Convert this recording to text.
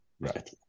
Right